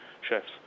Chefs